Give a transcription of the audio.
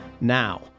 Now